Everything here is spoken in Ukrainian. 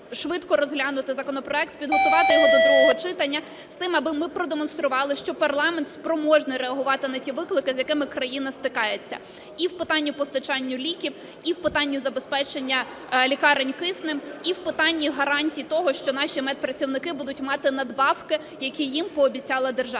швидко розглянути законопроект, підготувати його до другого читання з тим, аби ми продемонстрували, що парламент спроможний реагувати на ті виклики, з якими країна стикається і в питанні постачання ліків, і в питанні забезпечення лікарень киснем, і в питанні гарантій того, що наші медпрацівники будуть мати надбавки, які їм пообіцяла держава.